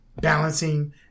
balancing